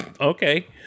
Okay